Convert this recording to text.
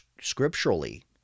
scripturally